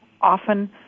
often